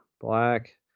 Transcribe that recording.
black